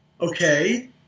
Okay